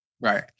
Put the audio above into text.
Right